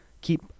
keep